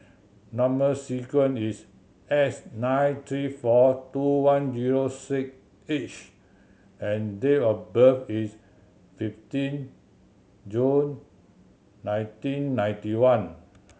number sequence is S nine three four two one zero six H and date of birth is fifteen June nineteen ninety one